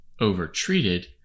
over-treated